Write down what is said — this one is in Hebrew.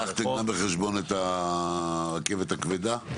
לקחתם גם בחשבון את הרכבת הכבדה?